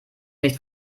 nicht